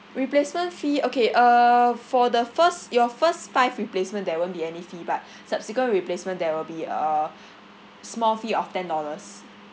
replacement fee okay uh for the first your first five replacement there won't be any fee but subsequent replacement there will be a a small fee of ten dollars